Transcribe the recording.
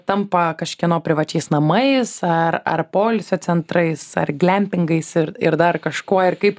tampa kažkieno privačiais namais ar ar poilsio centrais ar glempingais ir ir dar kažkuo ir kaip